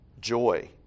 joy